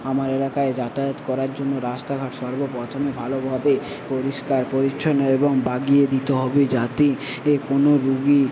আমার এলাকায় যাতায়াত করার জন্য রাস্তাঘাট সর্ব প্রথমে ভালোভাবে পরিষ্কার পরিচ্ছন্ন এবং বাগিয়ে দিতে হবে যাতে এ কোনো রুগী